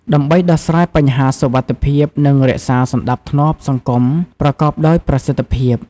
ដើម្បីដោះស្រាយបញ្ហាសុវត្ថិភាព និងរក្សាសណ្ដាប់ធ្នាប់សង្គម ប្រកបដោយប្រសិទ្ធភាព។